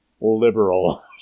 liberal